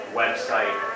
website